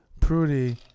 Prudy